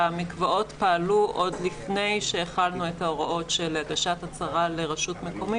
שהמקוואות פעלו עוד לפני שהחלנו את ההוראות של הגשת הצהרה לרשות מקומית,